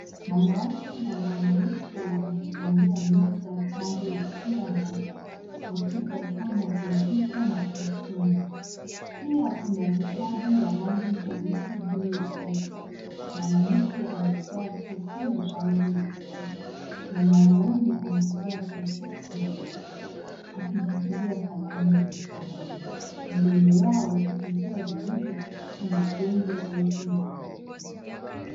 Mwanaume na mwanamke wamekalia meza kando ya kila mmoja, wakitazama Kompyuta na kusoma. Pia kuna kitabu ya rangi jeusi juu ya meza. Mwanamke amevaa top ya rangi ya jeusi na mwanaume amevaa t-shirt nyeupe akishikilia kalamu mkononi. Mbele yao kupitia dirisha, kuna jengo refu na miti.